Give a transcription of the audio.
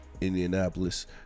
Indianapolis